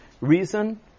reason